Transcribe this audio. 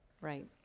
Right